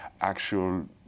actual